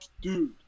dude